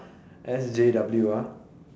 S_J_W ah